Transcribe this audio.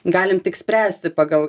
galim tik spręsti pagal